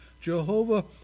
Jehovah